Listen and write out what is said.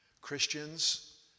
Christians